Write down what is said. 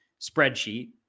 spreadsheet